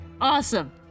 awesome